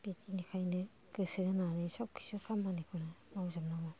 बेनिखायनो गोसो होनानै सब खिसु खामानिखौनो मावजोबनांगौ